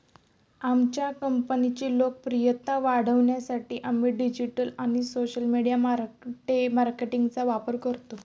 आमच्या कंपनीची लोकप्रियता वाढवण्यासाठी आम्ही डिजिटल आणि सोशल मीडिया मार्केटिंगचा वापर करतो